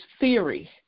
theory